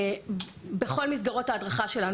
בכל מסגרות ההדרכה שלנו,